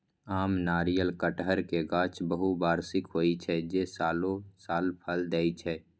आम, नारियल, कहटर के गाछ बहुवार्षिक होइ छै, जे सालों साल फल दै छै